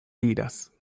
tiras